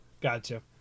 gotcha